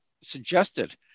suggested